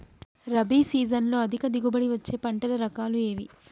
రబీ సీజన్లో అధిక దిగుబడి వచ్చే పంటల రకాలు ఏవి?